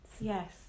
Yes